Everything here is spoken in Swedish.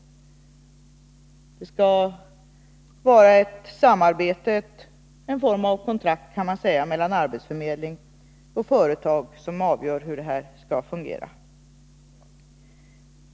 Det skall vara ett samarbete — en form av kontrakt, kan man säga — mellan arbetsförmedling och företag som avgör hur det skall fungera.